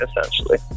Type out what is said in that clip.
essentially